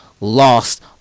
lost